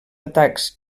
atacs